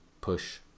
push